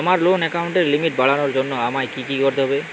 আমার লোন অ্যাকাউন্টের লিমিট বাড়ানোর জন্য আমায় কী কী করতে হবে?